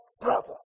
brother